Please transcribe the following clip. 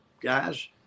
guys